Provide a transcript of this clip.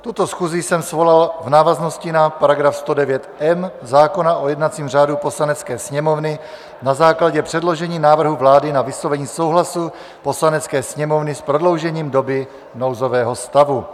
Tuto schůzi jsem svolal v návaznosti na § 109m zákona o jednacím řádu Poslanecké sněmovny na základě předložení návrhu vlády na vyslovení souhlasu Poslanecké sněmovny s prodloužením doby nouzového stavu.